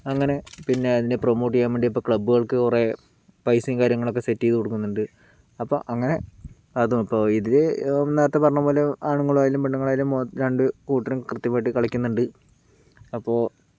അങ്ങനെ പിന്നെ അതിനെ പ്രൊമോട്ട് ചെയ്യാൻ വേണ്ടി ക്ലബ്ബുകൾക്ക് കുറേ പൈസയും കാര്യങ്ങളൊക്കെ സെറ്റ് ചെയ്ത് കൊടുക്കുന്നുണ്ട് അപ്പോൾ അങ്ങനെ അതും അപ്പോൾ ഇത് നേരത്തെ പറഞ്ഞതു പോലെ ആണുങ്ങളായാലും പെണ്ണുങ്ങളായാലും മൊ രണ്ട് കൂട്ടരും കൃത്യമായിട്ട് കളിയ്ക്കുന്നുണ്ട് അപ്പോൾ